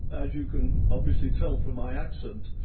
as you can obviously tell from my accent,